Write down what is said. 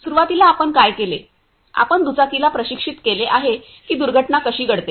सुरुवातीला आपण काय केले आपण दुचाकीला प्रशिक्षित केले आहे की दुर्घटना कशी घडते